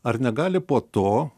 ar negali po to